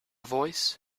voice